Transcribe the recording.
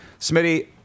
Smitty